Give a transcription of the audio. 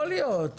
יכול להיות.